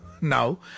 Now